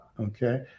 Okay